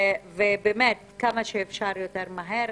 כמה שאפשר יותר מהר,